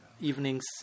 evening's